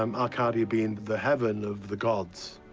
um arcadia being the heaven of the gods.